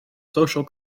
social